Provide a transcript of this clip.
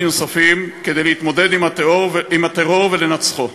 נוספים כדי להתמודד עם הטרור ולנצחו.